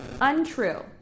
Untrue